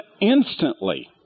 instantly